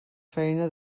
feina